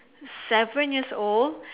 seven years old